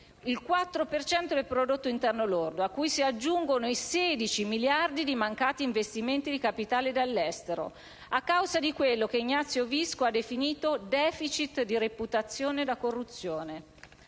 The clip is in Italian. cento del prodotto interno lordo, a cui si aggiungono i 16 miliardi di mancati investimenti di capitali dall'estero a causa di quello che Ignazio Visco ha definito «*deficit* di reputazione» da corruzione.